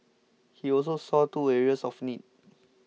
he also saw two areas of need